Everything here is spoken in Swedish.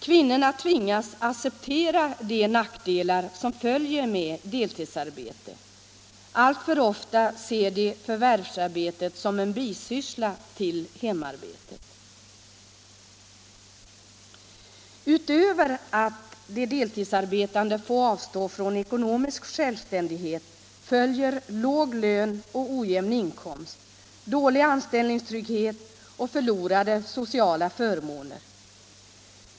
Kvinnorna tvingas acceptera de nackdelar som följer med deltidsarbete. Alltför ofta ser de förvärvsarbetet som en bisyssla till hemarbetet. Utöver att de deltidsarbetande får avstå från ekonomisk självständighet följer låg lön och ojämn inkomst, dålig anställningstrygghet och förlorade sociala förmåner.